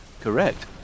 Correct